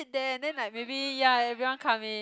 there and then like maybe ya everyone come in